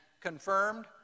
confirmed